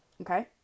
Okay